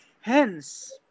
hence